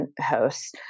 hosts